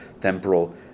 temporal